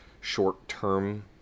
short-term